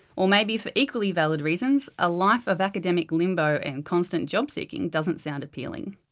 or maybe, for equally valid reasons, a life of academic limbo and constant job-seeking doesn't sound appealing.